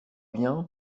bien